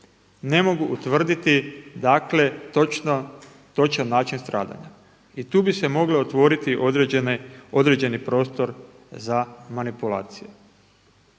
ne mogu utvrditi točan način stradanja. I tu bi se mogao otvoriti određeni prostor za manipulacije.